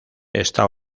está